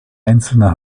einzelner